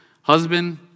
husband